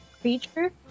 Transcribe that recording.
creature